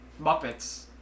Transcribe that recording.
Muppets